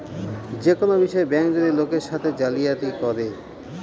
যে কোনো বিষয়ে ব্যাঙ্ক যদি লোকের সাথে জালিয়াতি করে